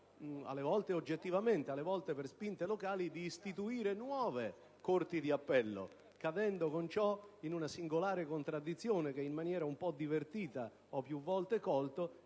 alle volte oggettivamente e alle volte per spinte locali, di istituire nuove corti d'appello, cadendo in una singolare contraddizione che in maniera un po' divertita ho più volte colto: